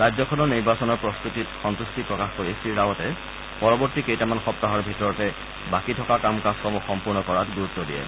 ৰাজ্যখনৰ নিৰ্বাচনৰ প্ৰস্তুতিত সন্তুষ্টি প্ৰকাশ কৰি শ্ৰীৰাৱটে পৰৱৰ্তী কেইটামান সপ্তাহৰ ভিতৰতে বাকী থকা কাম কাজসমূহ সম্পূৰ্ণ কৰাত গুৰুত্ব দিয়ে